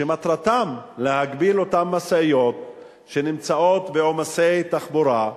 שמטרתו להגביל את אותן משאיות שנמצאות בעומסי תחבורה.